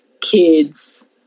kids